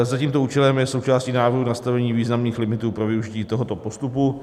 Za tímto účelem je součástí návrhu nastavení významných limitů pro využití tohoto postupu.